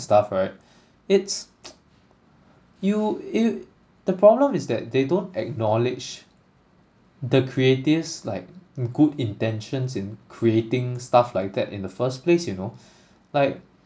stuff right it's you if the problem is that they don't acknowledge the creative's like good intentions in creating stuff like that in the first place you know like